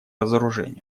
разоружению